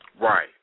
Right